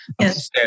Yes